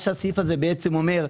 מה שהסעיף הזה אומר,